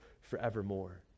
forevermore